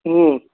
ಹ್ಞೂ